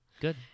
good